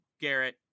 Garrett